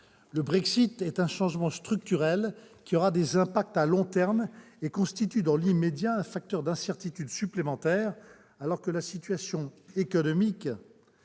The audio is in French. Le Brexit est un changement structurel, qui aura des impacts à long terme et qui constitue, dans l'immédiat, un facteur d'incertitude supplémentaire, alors que la France